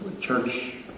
church